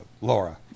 laura